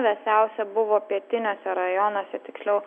vėsiausia buvo pietiniuose rajonuose tiksliau